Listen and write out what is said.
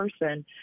person